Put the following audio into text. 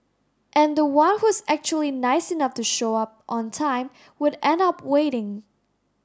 and the one who's actually nice enough to show up on time would end up waiting